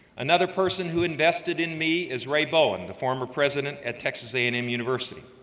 another person who invested in me is ray bowen, the former president at texas a and m university.